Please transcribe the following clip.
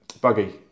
buggy